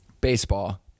baseball